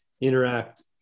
interact